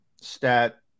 stat